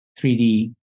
3D